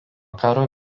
karo